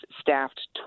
staffed